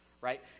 right